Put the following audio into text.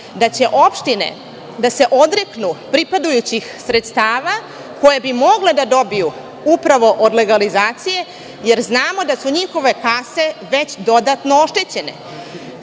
da će opštine da se odreknu pripadajućih sredstava koje bi mogle da dobiju upravo od legalizacije, jer znamo da su njihove kase već dodatno oštećene.